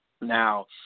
Now